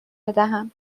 بدهم